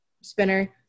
spinner